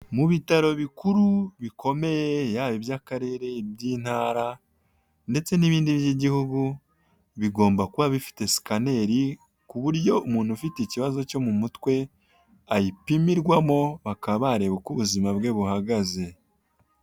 Mu bitaro bikuru bikomeye yaba iby'akarere, iby'intara ndetse n'ibindi by'igihugu bigomba kuba bifite sikaneri ku buryo umuntu ufite ikibazo cyo mu mutwe ayipimirwamo, bakaba bareba uko ubuzima bwe buhagaze.